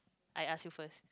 I ask you first